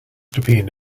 depend